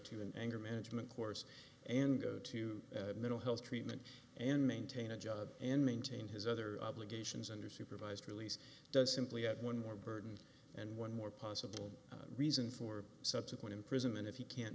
to an anger management course and go to mental health treatment and maintain a job and maintain his other obligations under supervised release does simply add one more burden and one more possible reason for subsequent imprisonment if you can't